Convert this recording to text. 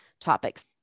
topics